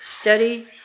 steady